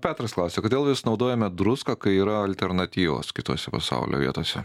petras klausia kodėl vis naudojame druską kai yra alternatyvos kitose pasaulio vietose